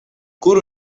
kur